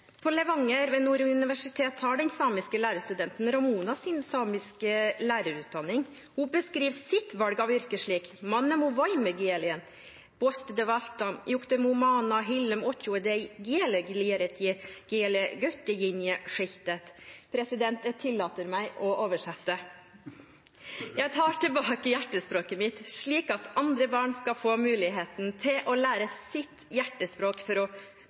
Ved Nord universitet i Levanger har den samiske lærerstudenten Ramona sin samiske lærerutdanning. Hun beskriver sitt valg av yrke slik: Manne mov vaajmoegielem bååstede vaaltam juktie mov maanah hillem åadtjoeh dej gielem lieredh jih giele-guedtijinie sjidtedh. Jeg tillater meg å oversette: Jeg tar tilbake hjertespråket mitt, slik at andre barn skal få muligheten til å lære sitt hjertespråk for å